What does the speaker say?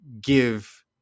give